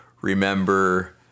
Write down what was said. remember